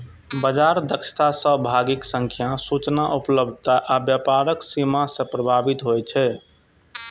बाजार दक्षता सहभागीक संख्या, सूचना उपलब्धता आ व्यापारक सीमा सं प्रभावित होइ छै